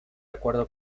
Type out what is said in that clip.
acuerdo